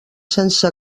sense